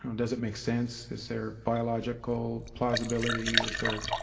i mean does it make sense? is there biological plausibility? is there